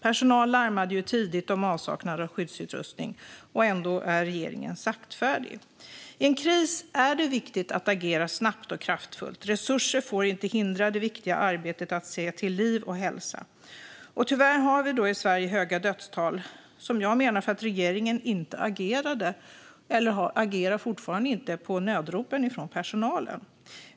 Personal larmade tidigt om avsaknad av skyddsutrustning, och ändå är regeringen saktfärdig. I en kris är det viktigt att agera snabbt och kraftfullt. Resurser får inte hindra det viktiga arbetet att se till liv och hälsa. Tyvärr har vi i Sverige höga dödstal, som jag menar beror på att regeringen inte agerade och fortfarande inte agerar på nödropen från personalen.